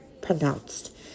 pronounced